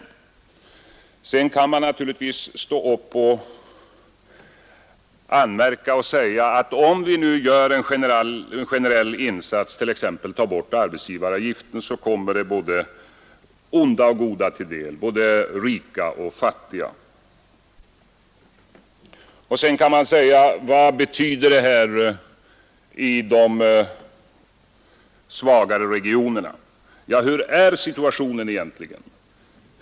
Sedan kan man naturligtvis stå upp och anmärka att om vi nu gör en generell insats, t.ex. tar bort arbetsgivaravgiften, så kommer det både onda och goda till del, både rika och fattiga. Vidare kan man säga: Vad betyder detta i de svagare regionerna? Hur är situationen egentligen?